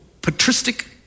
patristic